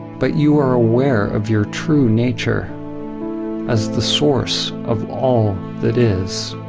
but you are aware of your true nature as the source of all that is.